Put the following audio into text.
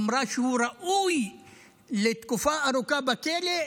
אמרה שהוא ראוי לתקופה ארוכה בכלא,